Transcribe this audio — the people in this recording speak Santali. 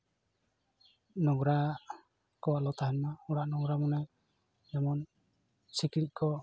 ᱡᱚᱵᱽᱨᱟ ᱠᱚ ᱟᱞᱚ ᱛᱟᱦᱮᱱᱢᱟ ᱚᱲᱟᱜ ᱱᱚᱝᱨᱟ ᱢᱟᱱᱮ ᱡᱮᱢᱚᱱ ᱥᱤᱠᱲᱤᱡ ᱠᱚ